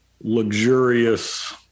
luxurious